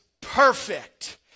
perfect